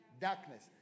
darkness